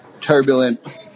turbulent